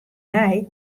nij